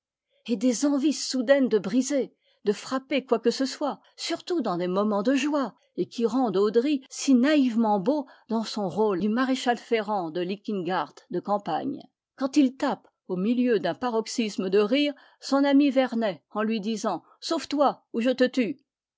et des envies soudaines de briser de frapper quoi que ce soit surtout dans des moments de joie et qui rendent odry si naïvement beau dans son rôle du maréchal ferrant de véginhard de campagne quand il tape au milieu d'un paroxysme de rire son ami vernet en lui disant sauve-toi ou je te tue